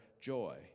joy